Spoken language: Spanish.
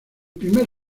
primer